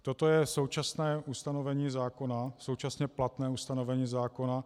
Toto je současné ustanovení zákona, současně platné ustanovení zákona.